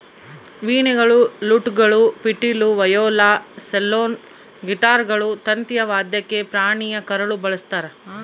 ವೀಣೆಗಳು ಲೂಟ್ಗಳು ಪಿಟೀಲು ವಯೋಲಾ ಸೆಲ್ಲೋಲ್ ಗಿಟಾರ್ಗಳು ತಂತಿಯ ವಾದ್ಯಕ್ಕೆ ಪ್ರಾಣಿಯ ಕರಳು ಬಳಸ್ತಾರ